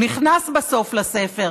הוא נכנס בסוף לספר,